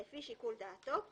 לפי שיקול דעתו,